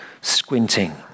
squinting